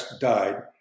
died